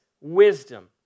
wisdom